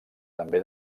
també